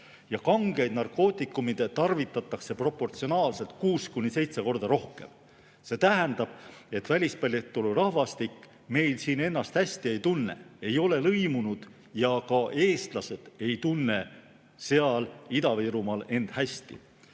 Kangeid narkootikume tarvitatakse kuus kuni seitse korda rohkem. See tähendab, et välispäritolu rahvastik meil siin ennast hästi ei tunne, ei ole lõimunud ja ka eestlased ei tunne seal Ida-Virumaal end hästi.